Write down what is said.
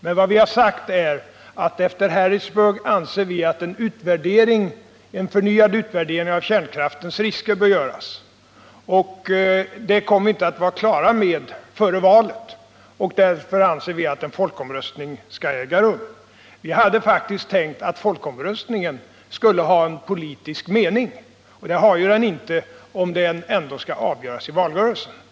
Men vi har sagt att efter Harrisburg anser vi att en förnyad utvärdering av kärnkraftens risker bör göras. Det kommer vi inte att vara klara med före valet, och därför anser vi att en folkomröstning skall äga rum. Vi har faktiskt tänkt att folkomröstningen skulle ha en politisk mening, och det har den ju inte om frågan ändå skall avgöras i valrörelsen.